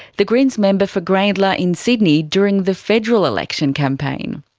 the green's member for grayndler in sydney, during the federal election campaign.